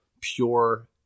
pure